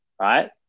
right